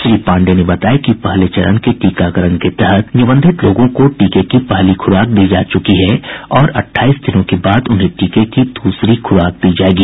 श्री पाण्डेय ने बताया कि पहले चरण के टीकाकरण के तहत निबंधित लोगों को टीके की पहली खुराक दी जा चुकी है और अट्ठाईस दिनों के बाद उन्हें टीके की दूसरी खूराक दी जायेगी